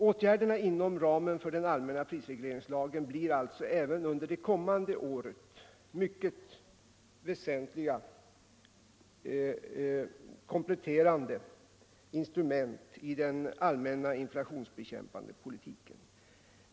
Åtgärderna inom ramen för den allmänna prisregleringslagen blir alltså även under det kommande året mycket väsentliga kompletterande instrument i den allmänna inflationsbekämpningspolitiken.